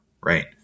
right